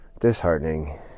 disheartening